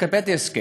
לקבל את ההסכם,